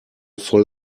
voll